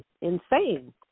insane